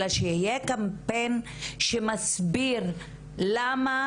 אלא שיהיה קמפיין שמסביר למה